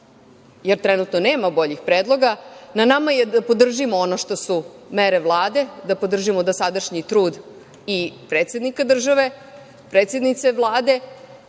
jer trenutno nema boljih predloga, na nama je da podržimo ono što su mere Vlade, da podržimo dosadašnji trud i predsednika države, predsednice Vlade